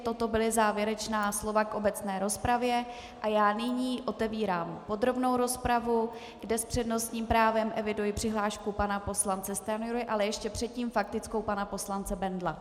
Toto byla závěrečná slova k obecné rozpravě a já nyní otevírám podrobnou rozpravu, kde s přednostním právem eviduji přihlášku pana poslance Stanjury, ale ještě předtím faktickou pana poslance Bendla.